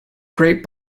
great